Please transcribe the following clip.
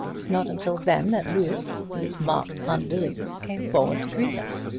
was not until then that louis, with marked unwillingness, came forward to greet us.